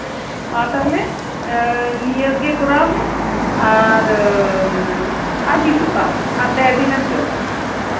ᱢᱟ ᱛᱟᱦᱞᱮ ᱱᱤᱭᱟ ᱜᱮ ᱠᱚᱨᱟᱣ ᱢᱮ ᱟᱨ ᱵᱤᱥᱩᱜ ᱟᱢ ᱯᱮ ᱮᱢ ᱡᱚᱢᱟ